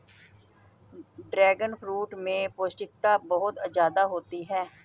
dragon fruit में पौष्टिकता बहुत ज्यादा होती है